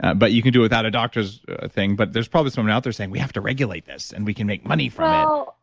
but you can do it without a doctor's thing, but there's probably someone out there saying, we have to regulate this and we can make money from